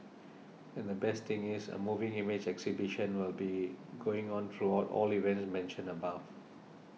and the best thing is a moving image exhibition will be going on throughout all the events mentioned above